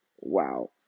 wow